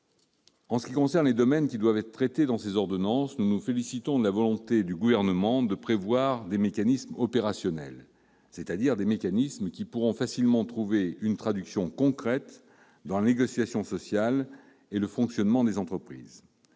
En ce qui concerne les domaines qui doivent être traités dans ces ordonnances, nous nous félicitons de la volonté du Gouvernement de prévoir des mécanismes opérationnels, c'est-à-dire qui pourront facilement trouver une traduction concrète dans la négociation sociale et le fonctionnement des entreprises.